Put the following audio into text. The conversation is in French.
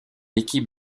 équipe